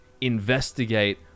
investigate